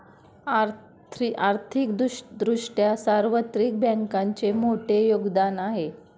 आर्थिक दृष्ट्या सार्वत्रिक बँकांचे मोठे योगदान आहे